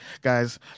guys